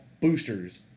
Boosters